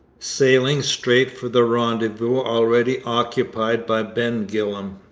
sailing straight for the rendezvous already occupied by ben gillam.